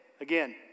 again